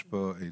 יש פה עדים,